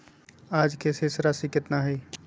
आज के शेष राशि केतना हइ?